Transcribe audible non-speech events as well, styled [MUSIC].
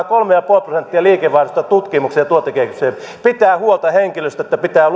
[UNINTELLIGIBLE] kolme pilkku viisi prosenttia liikevaihdosta tutkimukseen ja tuotekehitykseen pitää huolta henkilöstöstä pitää [UNINTELLIGIBLE]